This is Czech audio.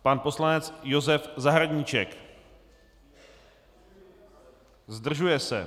Pan poslanec Josef Zahradníček: Zdržuje se.